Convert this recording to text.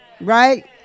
Right